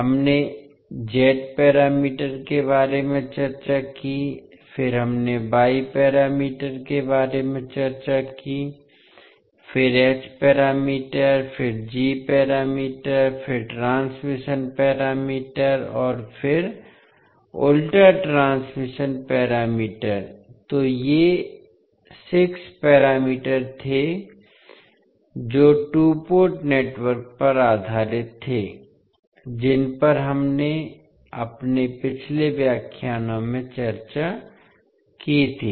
हमने z parameter के बारे में चर्चा की फिर हमने y पैरामीटर के बारे में चर्चा की फिर h पैरामीटर फिर g पैरामीटर फिर ट्रांसमिशन पैरामीटर और उलटा ट्रांसमिशन पैरामीटर तो ये 6 पैरामीटर थे जो टू पोर्ट नेटवर्क पर आधारित थे जिन पर हमने अपने पिछले व्याख्यानों में चर्चा की थी